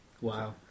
Wow